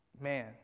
Man